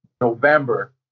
November